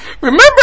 Remember